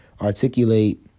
articulate